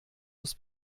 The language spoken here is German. muss